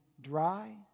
dry